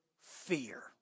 fear